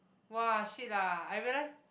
!wah! shit lah I realise